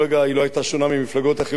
היא לא היתה שונה ממפלגות אחרות.